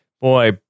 Boy